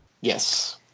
Yes